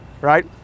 Right